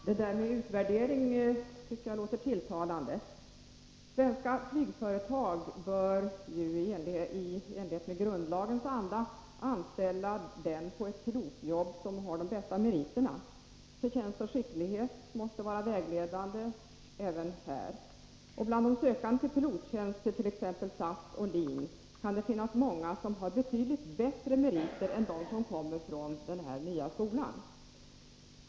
Herr talman! Det där med utvärdering tycker jag låter tilltalande. Svenska flygföretag bör ju i enlighet med grundlagens anda anställa den på ett pilotjobb som har de bästa meriterna. Förtjänst och skicklighet måste vara vägledande även här. Bland de sökande till pilottjänst i t.ex. SAS och LIN kan det finnas många som har betydligt bättre meriter än de som kommer från den nya skolan.